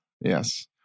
Yes